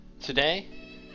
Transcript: today